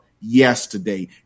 yesterday